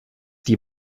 die